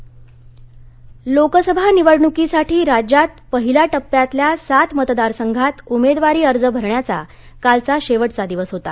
उमेदवारी अर्ज लोकसभा निवडणुकीसाठी राज्यात पहिल्या टप्प्यातल्या सात मतदारसंघात उमेदवारी अर्ज भरण्याचा कालचा शेवटचा दिवस होता